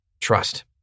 trust